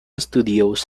studios